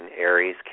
aries